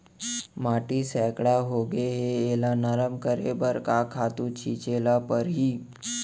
माटी सैकड़ा होगे है एला नरम करे बर का खातू छिंचे ल परहि?